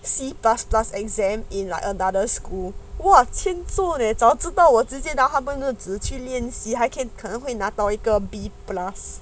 C plus plus exam in like another school !wah! 欠揍 leh 早知道我直接到他们那里去面试可能晨会拿到一个 B plus